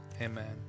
amen